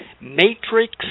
matrix